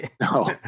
No